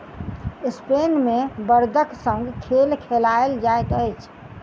Spain मे बड़दक संग खेल खेलायल जाइत अछि